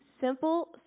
Simple